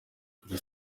kuri